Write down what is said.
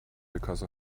because